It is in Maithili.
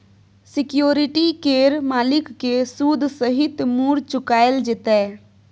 सिक्युरिटी केर मालिक केँ सुद सहित मुर चुकाएल जेतै